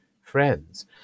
friends